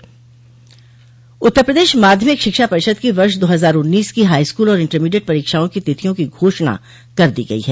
उत्तर प्रदेश माध्यमिक शिक्षा परिषद की वर्ष दो हजार उन्नीस की हाईस्कूल और इंटरमीडिएट परीक्षाओं की तिथियों की घोषणा कर दी गई है